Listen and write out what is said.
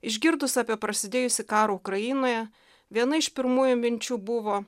išgirdus apie prasidėjusį karą ukrainoje viena iš pirmųjų minčių buvo